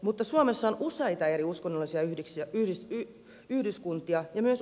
mutta suomessa on useita eri uskonnollisia yhdyskuntia ja myös uskonnottomia